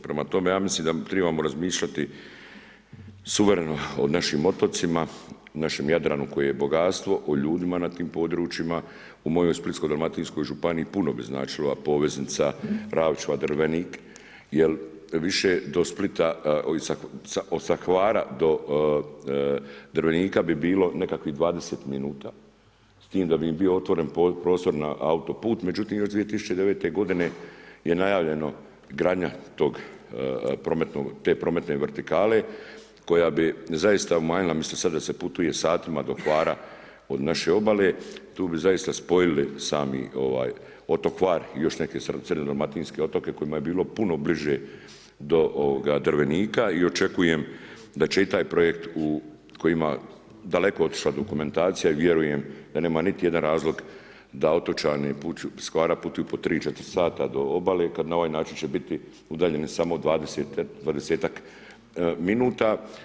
Prema tome ja mislim da tribamo razmišljati suvereno o našim otocima, našem Jadranu koje je bogatstvo, o ljudima na tim područjima, u mojoj Splitsko-dalmatinskoj županiji puno bi značila poveznica Ravča-Drvenik jer više do Splita, sa Hvara do Drvenika bi bilo nekakvih 20 minuta, s tim da bi im bio otvoren prostor na autoput, međutim još 2009. godine je najavljeno gradnja te prometne vertikale koja bi zaista umanjila, umjesto sad da se putuje satima do Hvara od naše obale, tu bi zaista spojili sami ovaj otok Hvar i još neke srednje dalmatinske otoke kojima bi bilo puno bliže do Drvenika i očekujem da će i taj projekt u kojima je daleko otišla dokumentacija i vjerujem da nema niti jedan razlog da otočani s Hvara putuju 3, 4 sata do obale kad na ovaj način će biti udaljeni samo 20ak minuta.